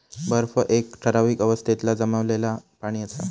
बर्फ एक ठरावीक अवस्थेतला जमलेला पाणि असा